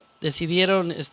decidieron